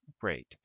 Great